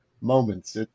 moments